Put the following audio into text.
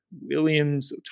Williams